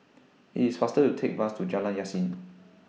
IT IS faster to Take Bus to Jalan Yasin